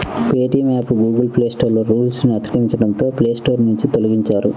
Paytm app Google Play Store రూల్స్ను అతిక్రమించడంతో Play Store నుంచి తొలగించారు